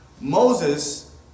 Moses